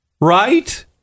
Right